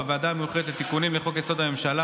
בוועדה המיוחדת לתיקונים לחוק-יסוד: הממשלה